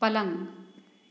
पलंग